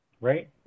right